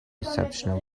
reception